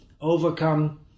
overcome